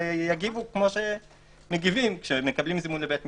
ויגיבו כפי שמגיבים כשמקבלים זימון לבית משפט.